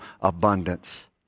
abundance